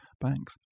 banks